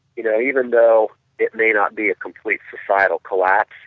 you know even though it may not be a complete societal collapse,